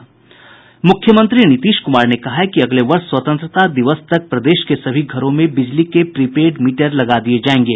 मुख्यमंत्री नीतीश कुमार ने कहा है कि अगले वर्ष स्वतंत्रता दिवस तक प्रदेश के सभी घरों में बिजली के प्रीपेड मीटर लगा दिये जायेंगे